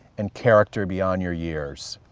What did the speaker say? and character beyond your years.